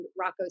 Rocco